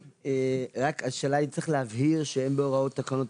השאלה אם צריך להבהיר שאין בהוראות תקנות